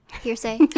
hearsay